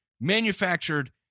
manufactured